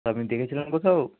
তা আপনি দেখেছিলেন কোথাও